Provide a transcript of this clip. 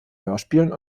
hörspielen